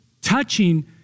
touching